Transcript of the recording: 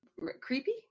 Creepy